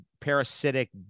parasitic